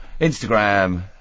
Instagram